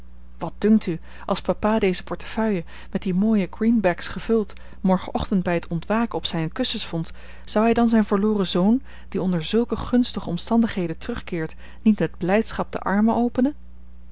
wat dunkt u als papa deze portefeuille met die mooie greenbacks gevuld morgenochtend bij het ontwaken op zijne kussens vond zou hij dan zijn verloren zoon die onder zulke gunstige omstandigheden terugkeert niet met blijdschap de armen openen